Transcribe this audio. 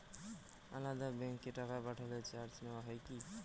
আলাদা ব্যাংকে টাকা পাঠালে চার্জ নেওয়া হয় কি?